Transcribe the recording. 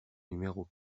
numéro